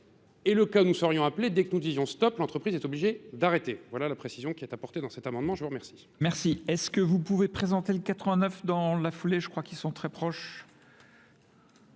Et le cas où nous serions appelés, dès que nous disions « stop », l'entreprise est obligée d'arrêter. Voilà la précision qui est apportée dans cet amendement. Je vous remercie. Merci. Est-ce que vous pouvez présenter les 89 dans la foulée ? Je crois qu'ils sont très proches.